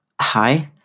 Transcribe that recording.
hi